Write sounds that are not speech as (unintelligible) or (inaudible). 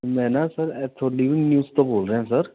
ਮੈਂ ਨਾ ਸਰ ਇੱਥੋਂ (unintelligible) ਨਿਊਜ਼ ਤੋਂ ਬੋਲ ਰਿਹਾ ਸਰ